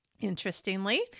Interestingly